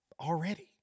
already